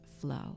flow